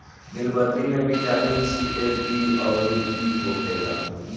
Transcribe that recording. नीलबदरी में vitamin C, A, B अउरी इ होखेला